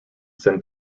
sent